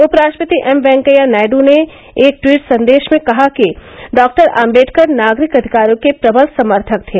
उपराष्ट्रपति एम वैंकैया नायड ने एक टवीट संदेश में कहा डॉ आम्बेडकर नागरिक अधिकारों के प्रबल समर्थक थे